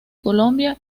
colombia